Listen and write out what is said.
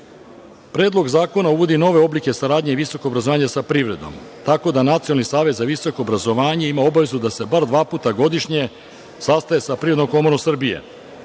pogodna. Predlog zakona uvodi i nove oblike saradnje i visokog obrazovanja sa privredom. Tako da, Nacionalni savet za visoko obrazovanje ima obavezu da se bar dva puta godišnje sastaje sa Privrednom komorom Srbije.